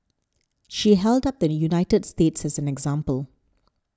she held up the United States as an example